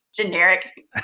generic